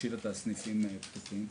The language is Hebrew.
להשאיר את הסניפים פתוחים.